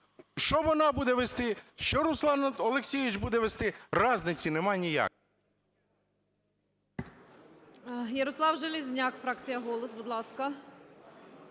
Що вона буде вести, що Руслан Олексійович буде вести – різниці немає ніякої.